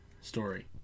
story